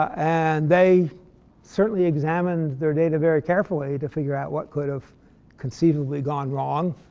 and they certainly examined their data very carefully to figure at what could have conceivably gone wrong.